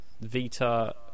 Vita